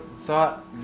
thought